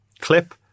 clip